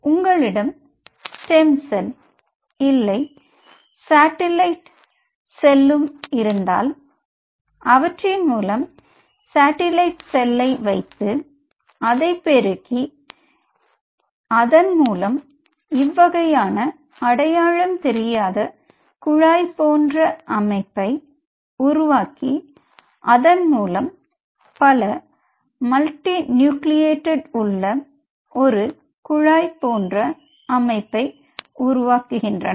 உங்களிடம் stem cell இல்லை satellite செல்லும் இருந்தால் அவற்றின் மூலம் சாட்டிலைட் செல் வைத்து அதை பெருக்கி அதன் மூலம் இவ்வகையான அடையாளம் தெரியாத குழாய் போன்ற அமைப்பை உருவாக்கி அதன் மூலம் பல மல்டி நியூக்ளியேட்டட் உள்ள ஒரு குழாய் போன்ற அமைப்பை உருவாக்குகின்றன